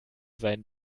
sein